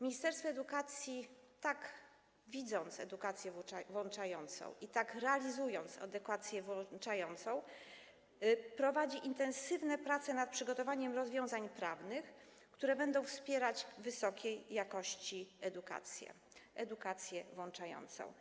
Ministerstwo edukacji, tak widząc edukację włączającą i tak realizując edukację włączającą, prowadzi intensywne prace nad przygotowaniem rozwiązań prawnych, które będą wspierać wysokiej jakości edukację - edukację włączającą.